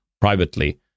privately